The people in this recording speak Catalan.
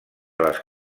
les